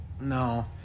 no